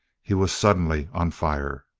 he was suddenly on fire.